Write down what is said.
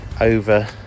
over